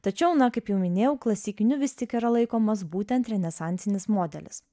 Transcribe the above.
tačiau na kaip jau minėjau klasikiniu vis tik yra laikomas būtent renesansinis modelis